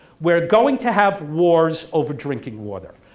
we're going to have wars over drinking water.